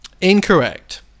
Incorrect